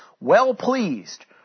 well-pleased